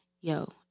Yo